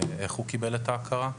קיבל את ההכרה?